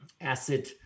acid